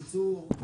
כמצוות הקיצור.